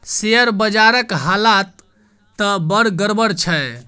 share बजारक हालत त बड़ गड़बड़ छै